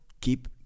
keep